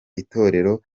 itorero